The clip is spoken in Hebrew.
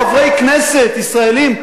חברי כנסת ישראלים,